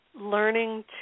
learning